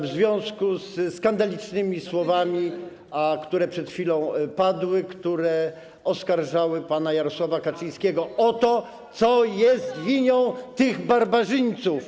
w związku ze skandalicznymi słowami, które przed chwilą padły, które oskarżały pana Jarosława Kaczyńskiego o to, co jest winą tych barbarzyńców.